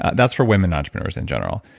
ah that's for women entrepreneurs in general.